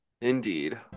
Indeed